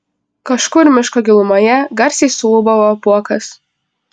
kažkur miško gilumoje garsiai suūbavo apuokas